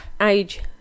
age